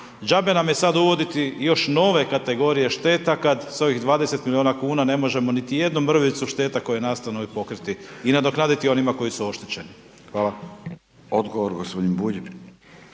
Đabe nam je sada uvoditi još nove kategorije šteta kada s ovih 20 miliona kuna ne možemo niti jednu mrvicu šteta koje nastanu pokriti i nadoknaditi onima koji su oštećeni. Hvala. **Radin, Furio